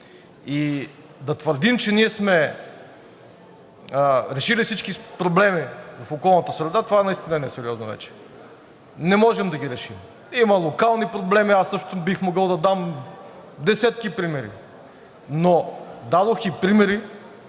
Да твърдим, че ние сме решили всички проблеми в околната среда, това наистина е несериозно вече. Не можем да ги решим – има локални проблеми. Аз също бих могъл да дам десетки примери, но дадох и примери,